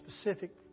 specific